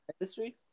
industry